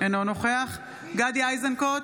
אינו נוכח גדי איזנקוט,